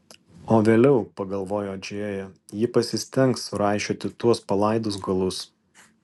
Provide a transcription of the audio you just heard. o vėliau pagalvojo džėja ji pasistengs suraišioti tuos palaidus galus